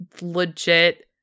legit